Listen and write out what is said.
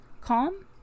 Calm